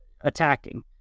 attacking